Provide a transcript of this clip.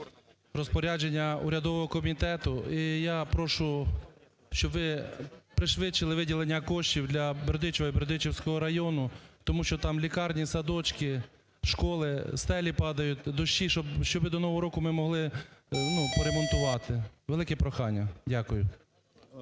розпорядження урядового комітету, і я прошу, щоб ви пришвидшили виділення коштів для Бердичева і Бердичевського району, тому що там лікарні, садочки, школи – стелі падають, дощі – щоби до Нового року ми могли, ну, поремонтувати. Велике прохання. Дякую.